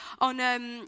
on